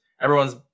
everyone's